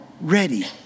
ready